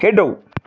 ਖੇਡੋ